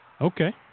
Okay